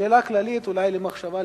שאלה כללית למחשבה,